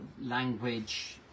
language